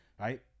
Right